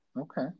okay